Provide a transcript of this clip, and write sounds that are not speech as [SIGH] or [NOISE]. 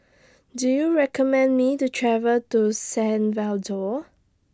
Do YOU recommend Me to travel to San [UNINTELLIGIBLE]